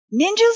Ninjas